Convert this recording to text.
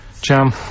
Jam